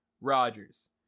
Rodgers